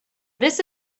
this